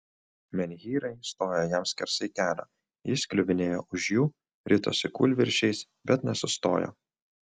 menhyrai stojo jam skersai kelio jis kliuvinėjo už jų ritosi kūlvirsčias bet nesustojo